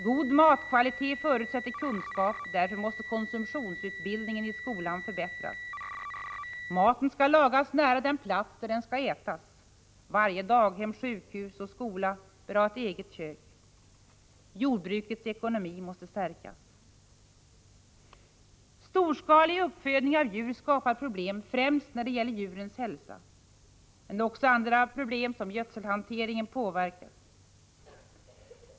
God matkvalitet förutsätter kunskap. Därför måste konsumtionsutbildningen i skolan förbättras. 3. Maten skall lagas nära den plats där den skall ätas. Varje daghem, sjukhus och skola bör ha ett eget kök. 4. Jordbrukets ekonomi måste stärkas. Storskalig uppfödning av djur skapar problem främst när det gäller djurens hälsa, gödselhanteringen och annan miljöpåverkan.